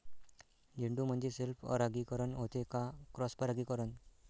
झेंडूमंदी सेल्फ परागीकरन होते का क्रॉस परागीकरन?